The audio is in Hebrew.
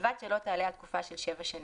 ובלבד שלא תעלה על תקופה של שבע שנים."